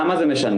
למה זה משנה?